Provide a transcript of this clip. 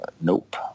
Nope